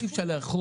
אי אפשר לאחוז